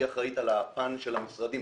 היא אחראית על הפן של המשרדים,